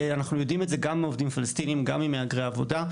אנחנו יודעים את זה גם מעובדים פלסטינים וגם ממהגרי עבודה,